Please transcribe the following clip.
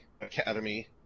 Academy